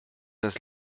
das